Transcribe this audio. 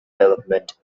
development